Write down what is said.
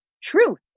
truth